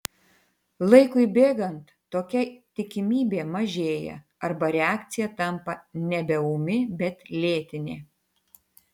laikui bėgant tokia tikimybė mažėja arba reakcija tampa nebe ūmi bet lėtinė